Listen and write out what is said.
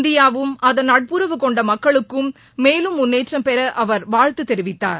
இந்தியாவும் அதன் நட்புறவு கொண்ட மக்களுக்கும் மேலும் முன்னேற்றம் பெற அவர் வாழ்த்து தெரிவித்தார்